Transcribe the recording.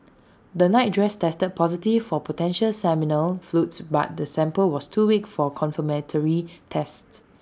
the nightdress tested positive for potential seminal fluids but the sample was too weak for confirmatory tests